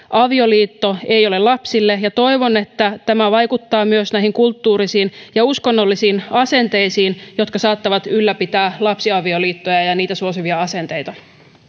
avioliitto ei ole lapsille ja toivon että tämä vaikuttaa myös niihin kulttuurisiin ja uskonnollisiin asenteisiin jotka saattavat ylläpitää lapsiavioliittoja ja niitä suosivia asenteita